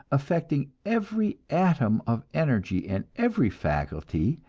affecting every atom of energy and every faculty,